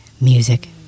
Music